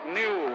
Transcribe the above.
new